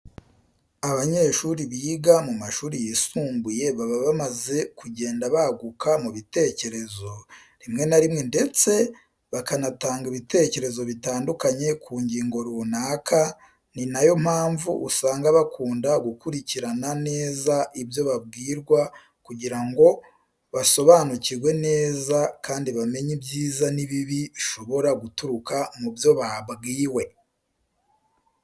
Abanyeshuri biga mu mashuri yisumbuye baba bamaze kugenda baguka mu bitekerezo, rimwe na rimwe ndetse bakanatanga ibitekerezo bitandukanye ku ngingo runaka, ni na yo mpamvu usanga bakunda gukurikirana neza ibyo babwirwa kugira ngo basobanukirwe neza kandi bamenye ibyiza n'ibibi bishobora guturuka mu byo babwiwe.